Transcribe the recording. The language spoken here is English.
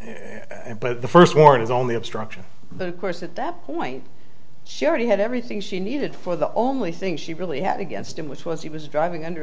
it but the first warrant is only obstruction but of course at that point she already had everything she needed for the only thing she really had against him which was he was driving under